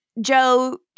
Joe